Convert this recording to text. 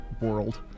world